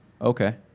Okay